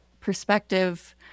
perspective